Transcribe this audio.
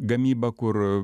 gamybą kur